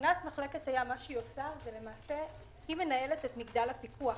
מבחינת מחלקת הים, היא מנהלת את מגדל הפיקוח.